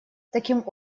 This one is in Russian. таким